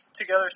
together